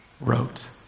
wrote